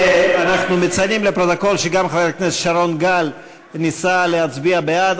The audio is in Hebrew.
אנחנו מציינים לפרוטוקול שגם חבר הכנסת שרון גל ניסה להצביע בעד,